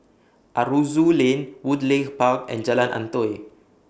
Aroozoo Lane Woodleigh Park and Jalan Antoi